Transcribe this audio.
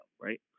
Right